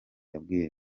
yabwiye